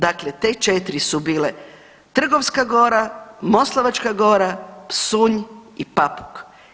Dakle te 4 su bile Trgovska gora, Moslavačka gora, Psuj i Papuk.